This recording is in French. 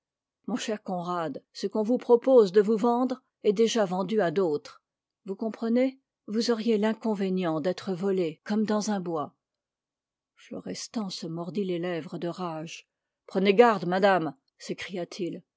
mon cher conrad ce qu'on vous propose de vous vendre est déjà vendu à d'autres vous comprenez vous auriez l'inconvénient d'être volé comme dans un bois florestan se mordit les lèvres de rage prenez garde madame